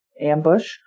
ambush